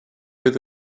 fydd